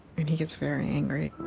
and he gets very angry